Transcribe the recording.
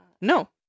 no